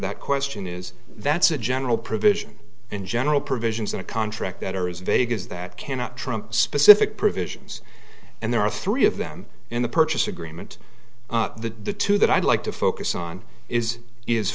that question is that's a general provision in general provisions in the contract that are is vegas that cannot trump specific provisions and there are three of them in the purchase agreement the two that i'd like to focus on is is